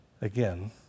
Again